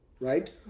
right